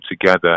together